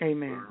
Amen